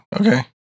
okay